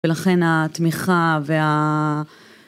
ולכן התמיכה וה...